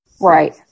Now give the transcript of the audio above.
right